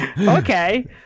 okay